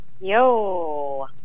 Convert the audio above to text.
Yo